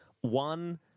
one